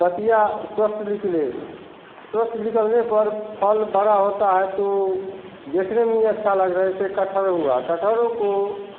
बतिया स्वस्थ निकले स्वस्थ निकलने पर फल बड़ा होता है तो देखने में अच्छा लगता हैं जैसे कटहल हुआ कटहल को